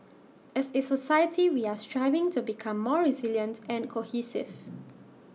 as A society we are striving to become more resilient and cohesive